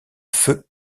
feu